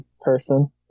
person